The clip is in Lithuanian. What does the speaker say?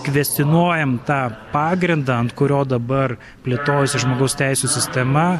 kvestionuojam tą pagrindą ant kurio dabar plėtojasi žmogaus teisių sistema